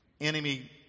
Enemy